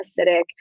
acidic